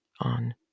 on